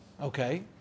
Okay